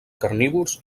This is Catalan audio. carnívors